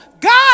God